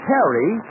Terry